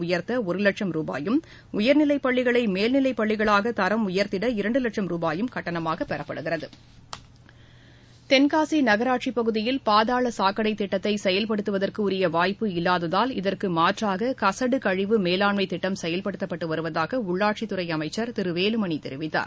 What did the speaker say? உயர்த்த ஒரு லட்சம் ரூபாயும் உயர்நிலைப்பள்ளிகளை மேல்நிலைப்பள்ளிகளாக தரம் உயர்த்திட இரண்டு லட்சம் ரூபாயும் கட்டணமாக பெறப்படுகிறது தென்காசி நனராட்சி பகுதியில் பாதாள சாக்கடைத் திட்டத்தை செயல்படுத்துவதற்குரிய வாய்ப்பு இல்லாததால் இதற்கு மாற்றாக கசடு கழிவு மேலாண்மைத் திட்டம் செயல்படுத்தப்பட்டு வருவதாக உள்ளாட்சித்துறை அமைச்சர் திரு வேலுமணி தெரிவித்தார்